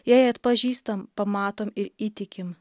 jei atpažįstam pamatom ir įtikim